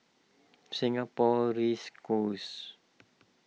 Singapore Race Course